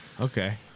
okay